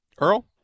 Earl